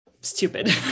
stupid